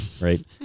right